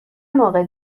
موقع